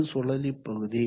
இது சுழலி பகுதி